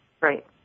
Right